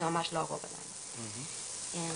אז